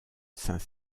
saint